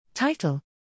Title